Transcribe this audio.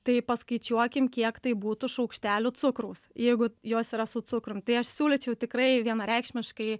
tai paskaičiuokim kiek tai būtų šaukštelių cukraus jeigu jos yra su cukrum tai aš siūlyčiau tikrai vienareikšmiškai